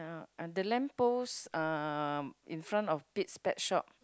uh and the lamp post uh in front of Pete's pet shop